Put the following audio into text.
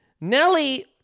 Nelly